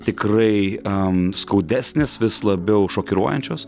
tikrai am skaudesnės vis labiau šokiruojančios